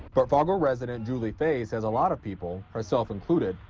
but fargo resident julie fay says a lot of people, herself included,